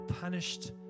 punished